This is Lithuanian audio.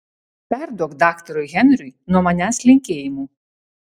perduok daktarui henriui nuo manęs linkėjimų